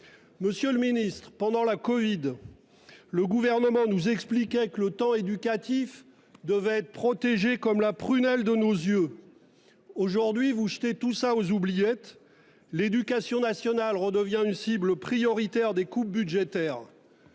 Monsieur le ministre, pendant la crise de la covid-19, le Gouvernement nous expliquait que le temps éducatif devait être protégé comme la prunelle de nos yeux ... Aujourd'hui, vous jetez cela aux oubliettes. L'éducation nationale redevient une cible prioritaire des coupes budgétaires.